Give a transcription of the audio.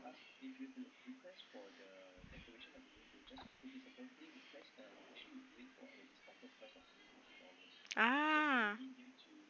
ah